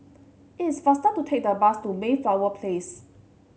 is faster to take the bus to Mayflower Place